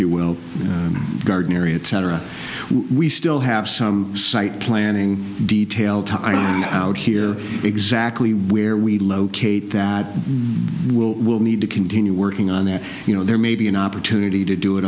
you will garden area we still have some site planning detail out here exactly where we locate that will will need to continue working on that you know there may be an opportunity to do it